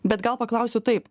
bet gal paklausiu taip